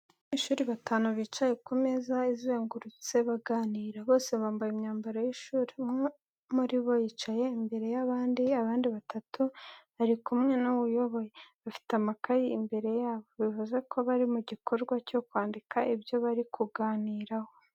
Abanyeshuri batanu bicaye ku meza izengurutse baganira. Bose bambaye imyambaro y’ishuri. Umwe muri bo yicaye imbere y’abandi. Abandi batatu bari kumwe n'uwo uyoboye, bafite amakayi imbere yabo, bivuze ko bari mu gikorwa cyo kwandika ibyo bari kuganiraho.